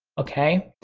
okay?